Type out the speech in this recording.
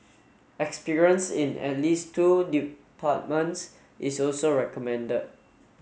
experience in at least two departments is also recommended